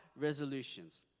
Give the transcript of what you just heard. resolutions